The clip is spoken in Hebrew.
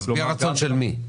משביע רצון של מי?